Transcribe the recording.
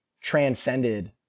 transcended